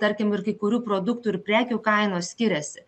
tarkim ir kai kurių produktų ir prekių kainos skiriasi